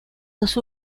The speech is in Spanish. dos